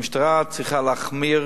המשטרה צריכה להחמיר,